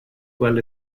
well